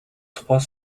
trois